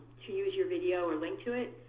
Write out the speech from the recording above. to use your video or link to it.